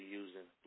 using